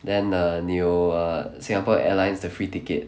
then err 你有 err singapore airlines 的 free ticket